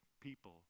people